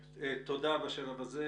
יש לכם הסבר ל-10%.